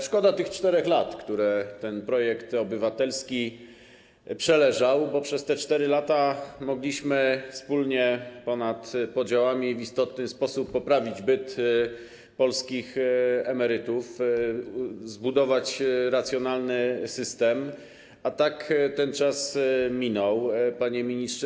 Szkoda tych 4 lat, które ten projekt obywatelski przeleżał, bo przez te 4 lata mogliśmy wspólnie, ponad podziałami w istotny sposób poprawić byt polskich emerytów, zbudować racjonalny system, a tak ten czas minął, panie ministrze.